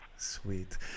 Sweet